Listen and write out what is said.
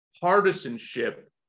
partisanship